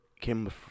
came